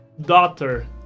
Daughter